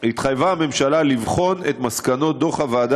התחייבה הממשלה לבחון את מסקנות דוח הוועדה